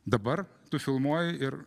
dabar tu filmuoji ir